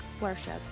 worship